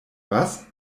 was